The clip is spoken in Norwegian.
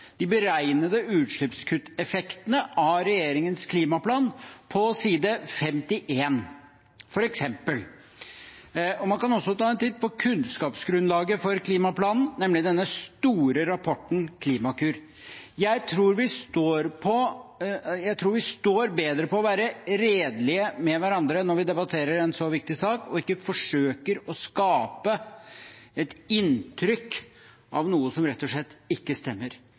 de beregnede utslippskutteffektene av regjeringens klimaplan på side 51. Man kan også ta en titt på kunnskapsgrunnlaget for klimaplanen, nemlig den store rapporten Klimakur. Jeg tror vi står bedre på å være redelige med hverandre når vi debatterer en så viktig sak, og ikke forsøker å skape et inntrykk av noe som rett og slett ikke stemmer.